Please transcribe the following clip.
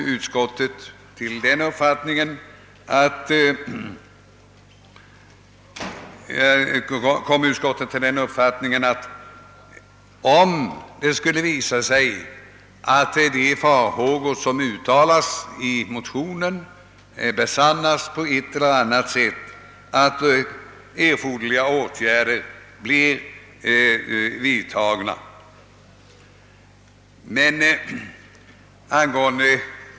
Utskottet framhåller också att om det skulle visa sig att de farhågor som uttalas i motionen på ett eller annat sätt besannas, så bör erforderliga åtgärder vidtagas.